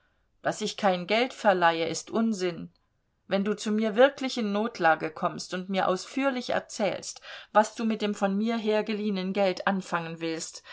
daß ich kein geld herleihe ist unsinn wenn du zu mir wirklich in notlage kommst und mir ausführlich erzählst was du mit dem von mir hergeliehenen geld anfangen willst